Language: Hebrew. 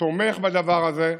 תומך בדבר הזה.